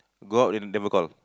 go out and never call